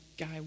guy